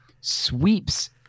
sweeps